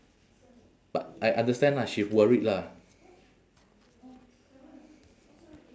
but I I understand lah she worried lah